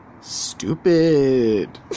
stupid